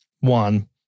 One